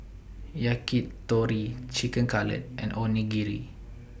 Yakitori Chicken Cutlet and Onigiri